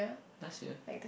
last year